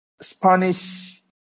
Spanish